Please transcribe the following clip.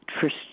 first